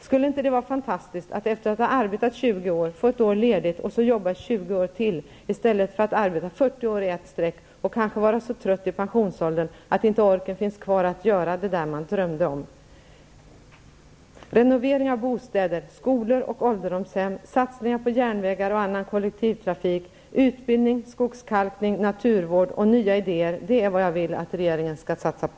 Skulle det inte vara fantastiskt, att efter att ha arbetat 20 år få ett år ledigt och så jobba 20 år till, i stället för att arbeta 40 år i ett sträck och kanske vara så trött vid pensionsåldern att inte orken finns kvar att göra det där man drömde om? Renovering av bostäder, skolor och ålderdomshem, satsningar på järnvägar och annan kollektivtrafik, utbildning, skogskalkning, naturvård och nya idéer -- det är vad jag vill att regeringen skall satsa på.